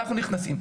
אנחנו נכנסים,